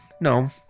No